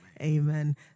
Amen